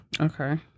Okay